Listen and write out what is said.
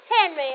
Henry